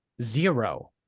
zero